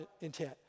intent